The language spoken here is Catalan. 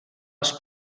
als